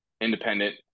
independent